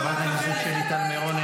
חברת הכנסת שלי טל מירון,